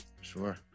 sure